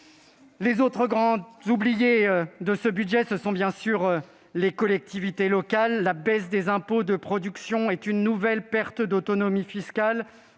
Les autres grands oubliés de ce budget sont bien sûr les collectivités locales. La baisse des impôts de production est pour elles une nouvelle perte d'autonomie fiscale.